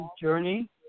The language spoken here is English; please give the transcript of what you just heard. Journey